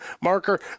Marker